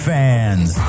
fans